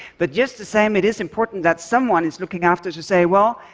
but just the same, it is important that someone is looking after to say, well,